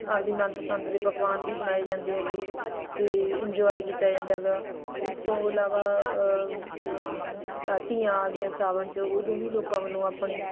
ਆਪਦੀ ਮਨਪਸੰਦ ਦੇ ਪਕਵਾਨ ਵੀ ਬਣਾਏ ਜਾਂਦੇ ਹੈਗੇ ਅਤੇ ਇੰਜੋਏ ਕੀਤਾ ਜਾਂਦਾ ਹੈਗਾ ਇਸ ਤੋਂ ਇਲਾਵਾ ਧੀਆਂ ਆ ਗਈਆਂ ਸਾਵਣ 'ਚ ਉਦੋਂ ਵੀ ਲੋਕਾਂ ਵੱਲੋਂ ਆਪਣੀ